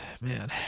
man